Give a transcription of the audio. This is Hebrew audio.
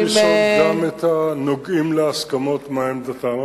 צריך לשאול גם את הנוגעים להסכמות מה עמדתם,